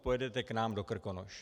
Pojedete k nám do Krkonoš.